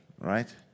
right